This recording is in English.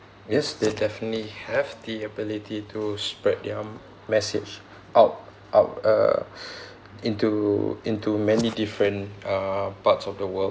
yes they definitely have the ability to spread their message out of a into into many different uh parts of the world